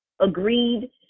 agreed